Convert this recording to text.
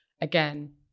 again